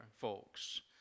folks